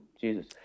Jesus